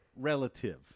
Relative